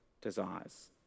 desires